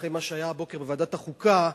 אחרי מה שהיה הבוקר בוועדת החוקה,